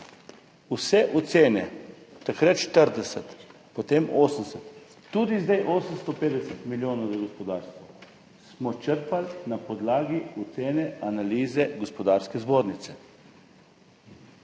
vse ocene, takrat 40, potem 80, tudi zdaj 850 milijonov za gospodarstvo, smo črpali na podlagi ocene, analize Gospodarske zbornice.